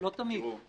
לא תמיד.